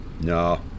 No